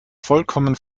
vollkommen